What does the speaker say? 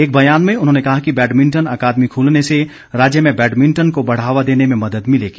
एक ब्यान में उन्होंने कहा कि बैडमिंटन अकादमी ख्लने से राज्य में बैडमिंटन को बढ़ावा देने में मदद मिलेगी